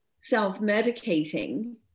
self-medicating